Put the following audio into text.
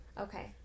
okay